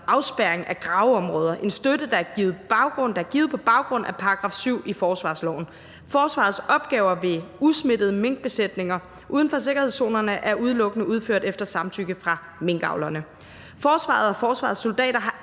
afspærring af graveområder. Det er en støtte, der er givet på baggrund af § 7 i forsvarsloven. Forsvarets opgaver ved usmittede minkbesætninger uden for sikkerhedszonerne er udelukkende udført efter samtykke fra minkavlerne. Forsvaret og forsvarets soldater har